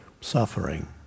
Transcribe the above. suffering